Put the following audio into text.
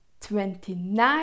twenty-nine